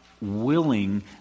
willing